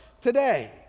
today